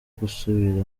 gusubira